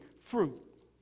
fruit